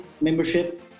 membership